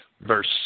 verse